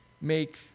make